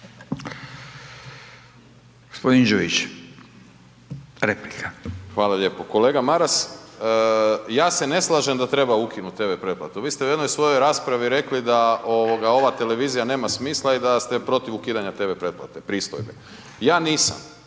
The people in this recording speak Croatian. g. Đujić, replika. **Đujić, Saša (SDP)** Kolega Maras, ja se ne slažem da treba ukinut TV pretplatu, vi ste u jednoj svojoj raspravi rekli da ovoga ova televizija nema smisla i da ste protiv ukidanja TV pretplate, pristojbe, ja nisam,